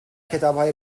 کتابهای